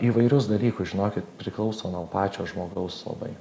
įvairius dalykus žinokit priklauso nuo pačio žmogaus labai